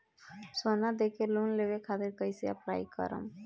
सोना देके लोन लेवे खातिर कैसे अप्लाई करम?